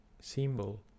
symbol